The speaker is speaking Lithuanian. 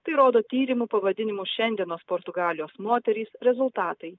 tai rodo tyrimo pavadinimu šiandienos portugalijos moterys rezultatai